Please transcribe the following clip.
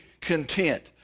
content